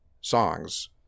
songs